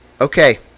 Okay